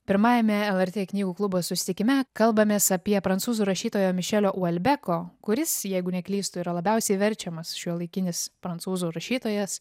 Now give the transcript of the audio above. pirmajame lrt knygų klubo susitikime kalbamės apie prancūzų rašytojo mišelio uolbeko kuris jeigu neklystu yra labiausiai verčiamas šiuolaikinis prancūzų rašytojas